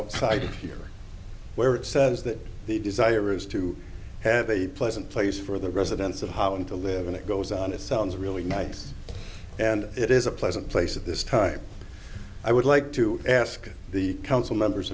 outside here where it says that the desire is to have a pleasant place for the residents of holland to live and it goes on it sounds really nice and it is a pleasant place at this time i would like to ask the council members